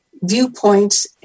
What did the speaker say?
Viewpoints